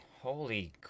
Holy